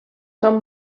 són